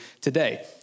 today